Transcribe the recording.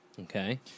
Okay